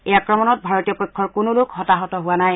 এই আক্ৰমণত ভাৰতীয় পক্ষৰ কোনো লোক হতাহত হোৱা নাই